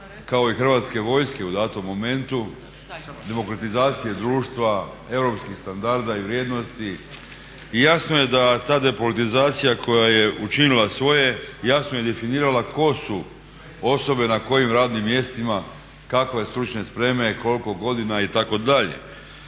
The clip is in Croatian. kao i Hrvatske vojske u danom momentu, demokratizacije društva, europskih standarda i vrijednosti. I jasno je da ta depolitizacija koja je učinila svoje, jasno je definirala tko su osobe na kojim radnim mjestima, kakve stručne spreme, koliko godina itd..